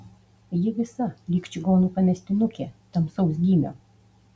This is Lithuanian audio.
ji visa lyg čigonų pamestinukė tamsaus gymio